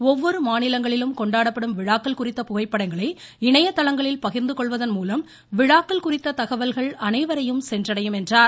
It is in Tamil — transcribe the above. ஒவ்வொரு மாநிலங்களிலும் கொண்டாடப்படும் விழாக்கள் குறித்த புகைப்படங்களை இணையதளங்களில் பகிர்ந்து கொள்வதன் மூலம் விழாக்கள் குறித்த தகவல்கள் அனைவரையும் சென்றடையும் என்றார்